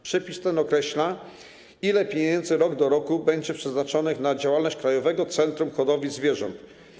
Przepis ten określa, ile pieniędzy rok do roku będzie przeznaczanych na działalność Krajowego Centrum Hodowli Zwierząt.